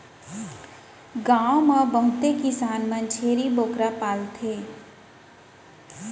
गॉव म बहुते किसान मन छेरी बोकरा पालथें